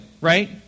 right